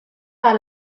par